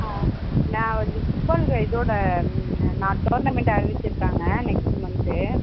ஆ நான் வந்து ஃபுட்பால் இதோட டோர்னமெண்ட் அறிவித்திருக்காங்க நெக்ஸ்ட் மந்த்து